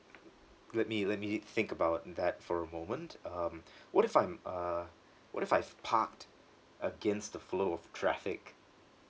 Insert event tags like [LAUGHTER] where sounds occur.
let me let me think about that for a moment um [BREATH] what if I'm uh what if I've parked against the flow of traffic